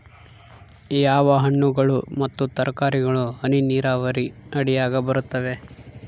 ಯಾವ ಹಣ್ಣುಗಳು ಮತ್ತು ತರಕಾರಿಗಳು ಹನಿ ನೇರಾವರಿ ಅಡಿಯಾಗ ಬರುತ್ತವೆ?